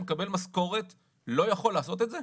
שמקבל משכורת לא יכול לעשות את זה?